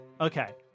Okay